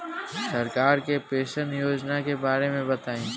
सरकार के पेंशन योजना के बारे में बताईं?